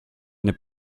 est